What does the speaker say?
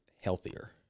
healthier